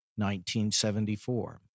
1974